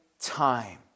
time